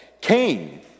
Cain